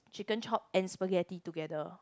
chicken chop and spaghetti together